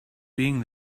being